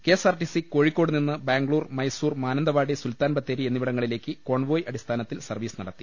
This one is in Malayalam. കെഎസ്ആർടിസി കോഴിക്കോട് നിന്ന് ബാംഗ്ലൂർ മൈസൂർ മാനന്തവാടി സുൽത്താൻബത്തേരി എന്നിവിടങ്ങളിലേക്ക് കോൺവോയി അടിസ്ഥാനത്തിൽ സർവീസ് നടത്തി